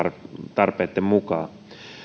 tarpeitten mukaan